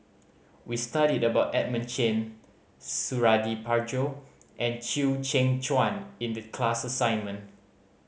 we studied about Edmund Chen Suradi Parjo and Chew Kheng Chuan in the class assignment